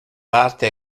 parte